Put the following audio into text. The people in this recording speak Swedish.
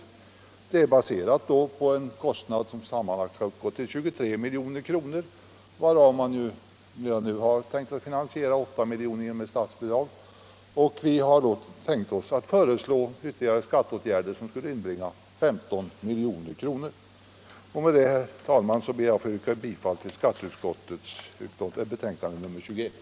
De sammanlagda kostnaderna för detta ändamål beräknas uppgå till sammanlagt 23 milj.kr., varav man nu har tänkt finansiera en del av verksamheten med ett statsbidrag på 8 milj.kr. Vi har därvid tänkt oss att föreslå ytterligare skatteåtgärder, som skulle inbringa 15 milj.kr. Med detta, herr talman, ber jag att få yrka bifall till skatteutskottets betänkande nr 21.